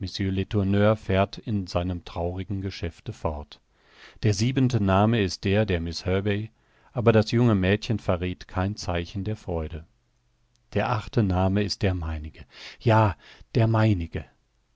fährt in seinem traurigen geschäfte fort der siebente name ist der der miß herbey aber das junge mädchen verräth kein zeichen der freude der achte name ist der meinige ja der meinige